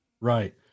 Right